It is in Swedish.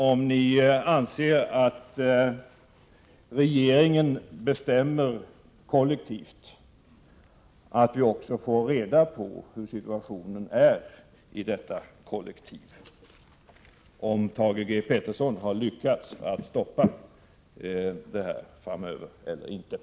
Om ni anser att regeringen bestämmer kollektivt är det ju viktigt att vi får reda på hur situationen är i detta kollektiv och om Thage G Peterson har lyckats stoppa detta arbete framöver.